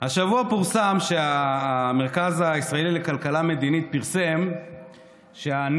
השבוע פורסם שהמרכז הישראלי לכלכלה מדינית פרסם שהנזק